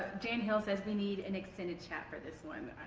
jan hill says we need an extended chat for this one.